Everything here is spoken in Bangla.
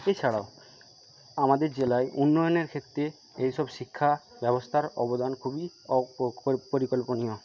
এছাড়াও আমাদের জেলায় উন্নয়নের ক্ষেত্রে এইসব শিক্ষা ব্যবস্থার অবদান খুবই অপরিকল্পনীয়